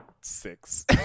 six